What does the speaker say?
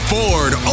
Ford